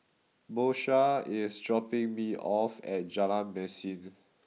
Porsha is dropping me off at Jalan Mesin